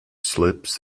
slips